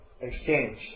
exchange